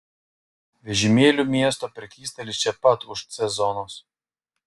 vežimėlių miesto prekystalis čia pat už c zonos